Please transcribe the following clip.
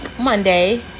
Monday